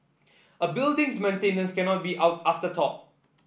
a building's maintenance cannot be afterthought